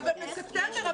בספטמבר,